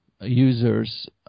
users